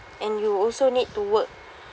and you also need to work